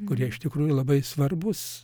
kurie iš tikrųjų labai svarbūs